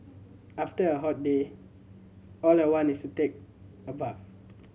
after a hot day all I want is to take a bath